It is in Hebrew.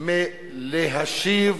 מלהשיב